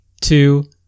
Two